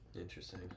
Interesting